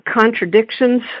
contradictions